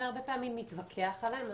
והרבה פעמים מתווכח עליהם.